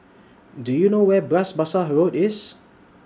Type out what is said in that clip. Do YOU know Where Bras Basah Road IS